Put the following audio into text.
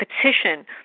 petition